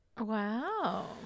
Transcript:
Wow